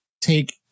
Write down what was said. take